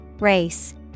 Race